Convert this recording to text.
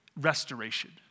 restoration